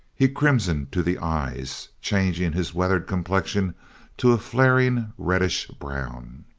he crimsoned to the eyes, changing his weathered complexion to a flaring, reddish-brown.